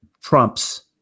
trumps